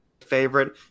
favorite